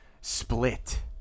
split